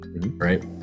right